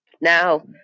now